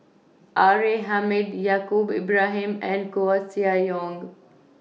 R A Hamid Yaacob Ibrahim and Koeh Sia Yong